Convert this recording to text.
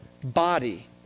body